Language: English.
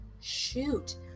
Shoot